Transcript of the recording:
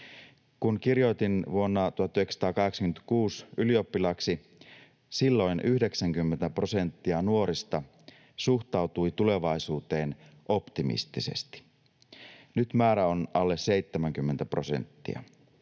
Kun kirjoitin vuonna 1986 ylioppilaaksi, silloin 90 prosenttia nuorista suhtautui tulevaisuuteen optimistisesti. Nyt määrä on alle 70 prosenttia.